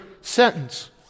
sentence